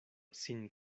sin